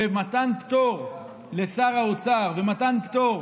מתן פטור לשר האוצר ומתן פטור